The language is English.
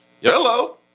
Hello